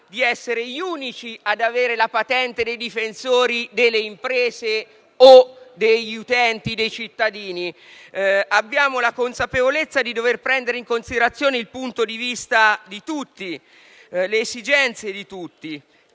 di essere gli unici ad avere la patente dei difensori delle imprese o degli utenti-cittadini. Abbiamo la consapevolezza di dover prendere in considerazione il punto di vista di tutti, le esigenze di tutti,